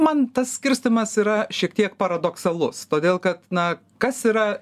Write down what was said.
man tas skirstymas yra šiek tiek paradoksalus todėl kad na kas yra